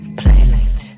planet